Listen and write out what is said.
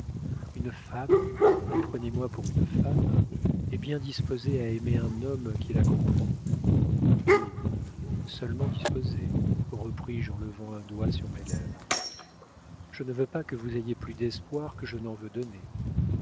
une femme et prenez-moi pour une femme est bien disposée à aimer un homme qui la comprend oh seulement disposée repris-je en levant un doigt sur mes lèvres je ne veux pas que vous ayez plus d'espoir que je n'en veux donner